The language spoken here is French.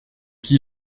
qui